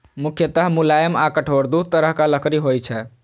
मुख्यतः मुलायम आ कठोर दू तरहक लकड़ी होइ छै